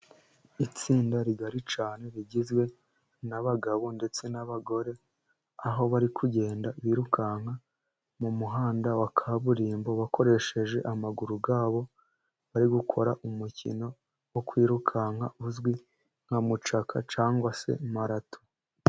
Itsinda rigari cyane rigizwe n'abagabo ndetse n'abagore, aho bari kugenda birukanka mu muhanda wa kaburimbo bakoresheje amaguru yabo, bari gukora umukino wo kwirukanka uzwi nka mucaka cyangwa se marato.